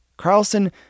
Carlson